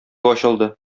ачылды